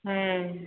ᱦᱮᱸᱻ